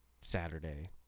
Saturday